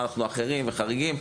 אנחנו לא שונים וחריגים״.